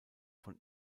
von